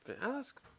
ask